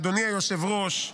אדוני היושב-ראש,